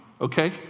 okay